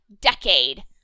decade